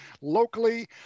locally